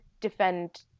defend